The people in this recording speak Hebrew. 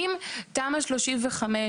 תל אביב הצליחה בחלקים.